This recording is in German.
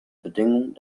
bedingung